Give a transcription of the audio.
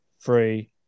three